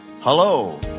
Hello